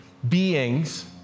Beings